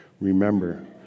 Remember